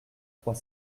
trois